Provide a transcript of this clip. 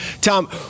Tom